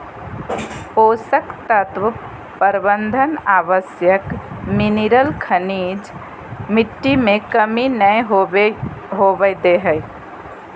पोषक तत्व प्रबंधन आवश्यक मिनिरल खनिज के मिट्टी में कमी नै होवई दे हई